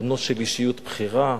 בנו של אישיות בכירה.